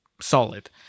solid